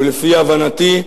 ולפי הבנתי,